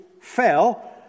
fell